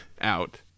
out